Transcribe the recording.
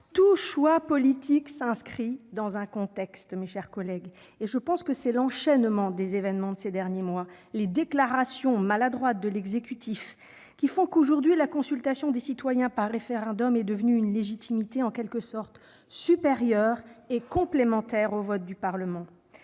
Tout choix politique s'inscrit dans un contexte, mes chers collègues. C'est, me semble-t-il, l'enchaînement des événements de ces derniers mois et les déclarations maladroites de l'exécutif qui, aujourd'hui, confèrent à la consultation des citoyens par référendum une légitimité en quelque sorte supérieure et complémentaire à celle du vote du Parlement.